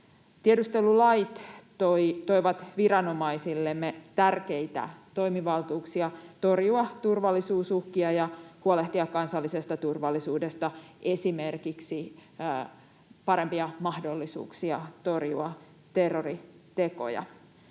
Tiedustelulait toivat viranomaisillemme tärkeitä toimivaltuuksia torjua turvallisuusuhkia ja huolehtia kansallisesta turvallisuudesta, esimerkiksi parempia mahdollisuuksia torjua terroritekoja.